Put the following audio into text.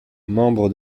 membre